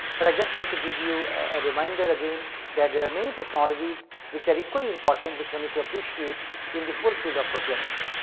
but i just thought to give you a reminder again that there are many technologies which are equally important, which we need to appreciate in the whole field of proteomics.